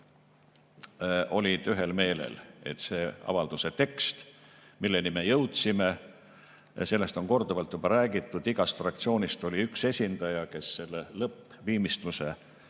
olid ühel meelel, et see avalduse tekst, milleni me jõudsime – sellest on korduvalt juba räägitud, igast fraktsioonist oli üks esindaja, kes selle lõppviimistluse tegi